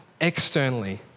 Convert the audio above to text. Externally